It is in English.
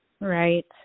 Right